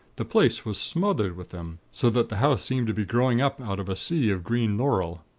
the place was smothered with them so that the house seemed to be growing up out of a sea of green laurel.